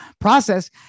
process